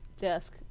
desk